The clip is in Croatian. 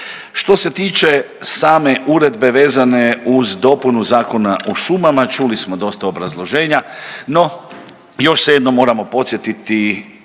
Što se tiče same uredbe vezane uz dopunu Zakona o šumama, čuli smo dosta obrazloženja, no još se jednom moramo podsjetiti